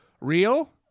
Real